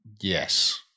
Yes